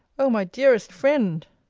o my dearest friend!